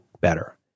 better